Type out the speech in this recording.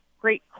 great